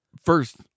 first